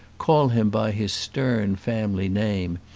call him by his stern family name,